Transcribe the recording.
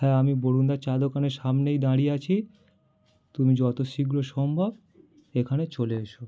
হ্যাঁ আমি বরুণ দার চা দোকানের সামনেই দাঁড়িয়ে আছি তুমি যত শীঘ্র সম্ভব এখানে চলে এসো